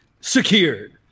secured